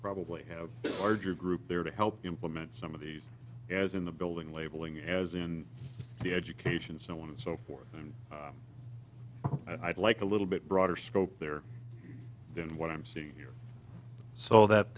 probably have a larger group there to help implement some of these as in the building labeling as in the education so on and so forth and i'd like a little bit broader scope there than what i'm seeing here so that